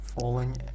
Falling